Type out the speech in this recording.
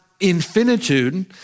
infinitude